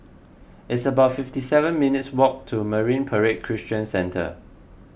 it's about fifty seven minutes' walk to Marine Parade Christian Centre